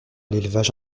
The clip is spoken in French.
l’élevage